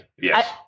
Yes